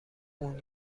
اون